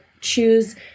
choose